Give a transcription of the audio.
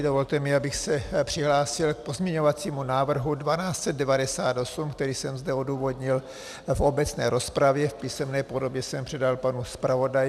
Dovolte mi, abych se přihlásil k pozměňovacímu návrhu 1298, který jsem zde odůvodnil v obecné rozpravě, v písemné podobě jsem předal panu zpravodaji.